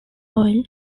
oil